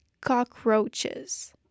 cockroaches